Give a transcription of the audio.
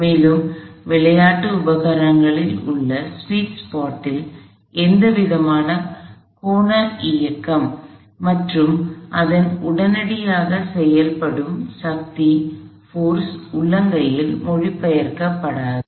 மேலும் விளையாட்டு உபகரணகளில் உள்ள ஸ்வீட் ஸ்பாடில் எந்த விதமான கோண இயக்கம் மற்றும் அதன் உடனடியாக செயல்படும் சக்தி உள்ளங்கையில் மொழிபெயர்க்கப்படாது